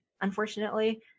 unfortunately